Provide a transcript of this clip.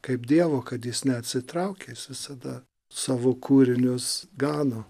kaip dievo kad jis neatsitraukė jis visada savo kūrinius gano